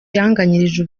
yanganyije